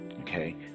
Okay